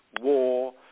war